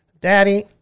daddy